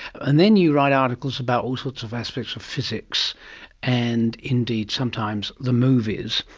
and then you write articles about all sorts of aspects of physics and indeed sometimes the movies,